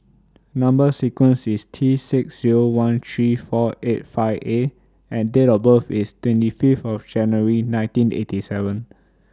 Number sequence IS T six Zero one three four eight five A and Date of birth IS twenty Fifth of January nineteen eighty seven